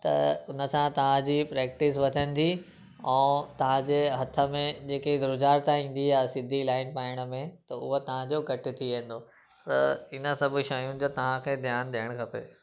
त उन सां तव्हां जी प्रैक्टिस वधंदी ऐं तव्हां जे हथ में जेकी ध्रुजारता ईंदी आहे सिधी लाइन पाइण में त उहा तव्हां जो घटि थी त इन सभु शयुनि जो तव्हां खे ध्यानु ॾियणु खपे